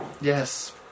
Yes